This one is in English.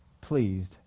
pleased